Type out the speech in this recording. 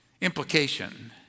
Implication